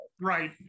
right